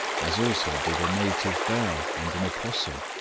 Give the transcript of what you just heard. as also did a native bear and an opossum,